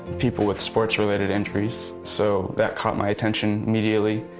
people with sports-related injuries. so that caught my attention immediately.